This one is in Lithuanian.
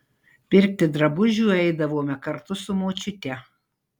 pirkti drabužių eidavome kartu su močiute